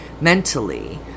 mentally